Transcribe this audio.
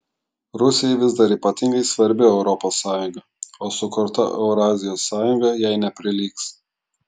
rusijai vis dar ypatingai svarbi europos sąjunga o sukurta eurazijos sąjunga jai neprilygs